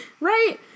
Right